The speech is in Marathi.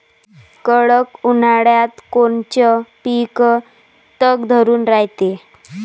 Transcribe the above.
कडक उन्हाळ्यात कोनचं पिकं तग धरून रायते?